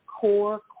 core